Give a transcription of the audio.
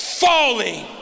falling